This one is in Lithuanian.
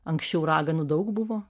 anksčiau raganų daug buvo